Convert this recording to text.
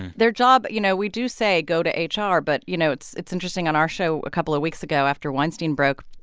their job you know, we do say go to ah hr. but, you know, it's it's interesting on our show a couple of weeks ago after weinstein broke,